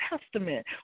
Testament